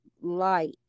light